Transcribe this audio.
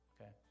Okay